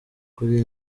kuri